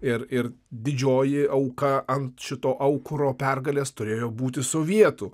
ir ir didžioji auka ant šito aukuro pergalės turėjo būti sovietų